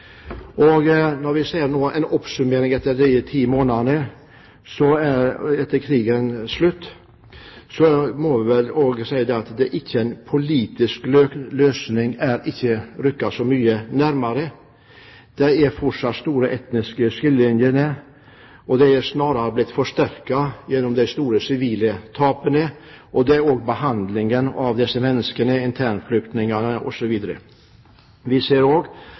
Når vi nå oppsummerer, ti måneder etter krigens slutt, må vi vel også si at en politisk løsning ikke er rykket så mye nærmere. Det er fortsatt store etniske skillelinjer, og de er snarere blitt forsterket gjennom de store sivile tapene og behandlingen av internflyktningene osv. Vi ser